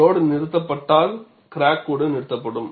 load நிறுத்தப்பட்டால் crack கூட நிறுத்தப்படும்